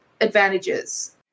advantages